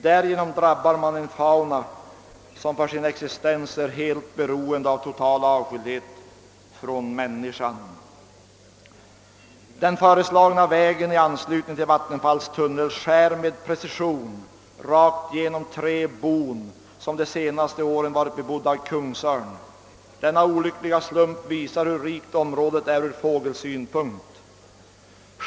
Därigenom =<:drabbar man en fauna som för sin existens är helt beroende av total avskildhet från människan. ——— Den föreslagna vägen i anslutning till Vattenfalls tunnel skär med precision rakt genom tre bon som de senaste åren varit bebodda av kungsörn. Denna olyckliga slump visar hur rikt området är ur fågelsynpunkt.